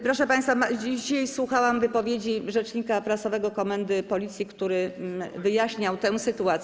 Proszę państwa, dzisiaj słuchałam wypowiedzi rzecznika prasowego komendy Policji, który wyjaśniał tę sytuację.